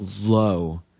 low